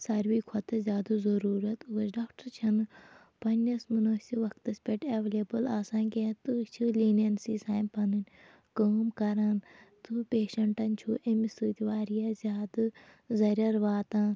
ساروٕے کھۄتہٕ زیادٕ ضُروٗرَت ٲسۍ ڈاکٹَر چھِنہٕ پَننِس مُنٲسِب وقتَس پٮ۪ٹھ ایٚولیبٕل آسان کیٚنٛہہ تہٕ چھِ لیٖنیَنسی سان پَنٕنۍ کٲم کران تہٕ پیشَنٹَن چھُ اَمہِ سۭتۍ واریاہ زیادٕ ضَرر واتان